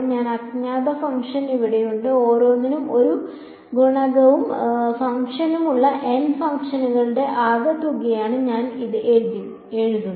ഈ അജ്ഞാത ഫംഗ്ഷൻ ഇവിടെയുണ്ട് ഓരോന്നിനും ഒരു ഗുണകവും ഫംഗ്ഷനും ഉള്ള n ഫംഗ്ഷനുകളുടെ ആകെത്തുകയാണ് ഞാൻ ഇത് എഴുതുന്നത്